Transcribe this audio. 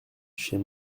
chez